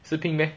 shi ping meh